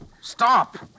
Stop